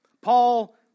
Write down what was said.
Paul